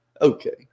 Okay